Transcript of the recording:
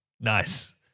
Nice